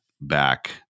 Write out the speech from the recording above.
back